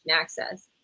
access